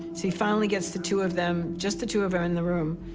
he finally gets the two of them, just the two of them in the room,